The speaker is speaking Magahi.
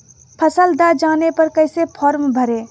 फसल दह जाने पर कैसे फॉर्म भरे?